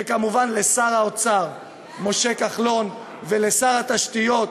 וכמובן לשר האוצר משה כחלון ולשר התשתיות